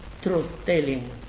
truth-telling